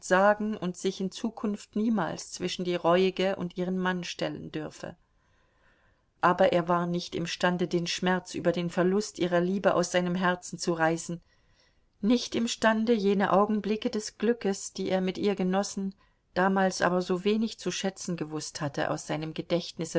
und sich in zukunft niemals zwischen die reuige und ihren mann stellen dürfe aber er war nicht imstande den schmerz über den verlust ihrer liebe aus seinem herzen zu reißen nicht imstande jene augenblicke des glückes die er mit ihr genossen damals aber so wenig zu schätzen gewußt hatte aus seinem gedächtnisse